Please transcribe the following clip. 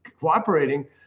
cooperating